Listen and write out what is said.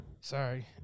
Sorry